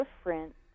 different